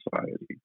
society